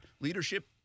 leadership